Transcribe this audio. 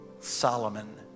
Solomon